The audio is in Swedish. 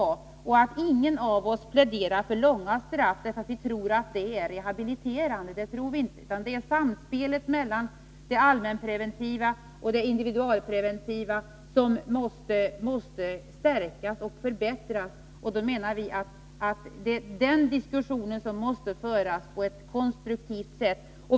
Ingen av oss pläderar väl för långa straff, därför att vi tror att det är rehabiliterande — det tror vi inte. Det är samspelet mellan allmänpreventionen och individualpreventionen som måste stärkas och förbättras. Vi menar att den diskussionen måste föras på ett konstruktivt sätt.